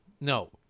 no